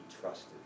trusted